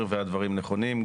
והדברים נכונים,